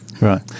Right